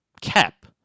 cap